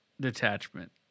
detachment